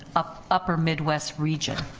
ah upper midwest region,